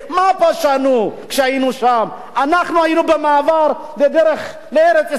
אנחנו היינו במעבר בדרך לארץ-ישראל כי לא התאפשר לנו לחזור הביתה,